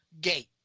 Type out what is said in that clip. gate